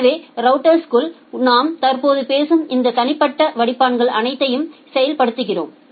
எனவே ரவுட்டர்க்குள் நாம் தற்போது பேசும் இந்த தனிப்பட்ட வடிப்பான்கள் அனைத்தையும் செயல்படுத்துகிறோம்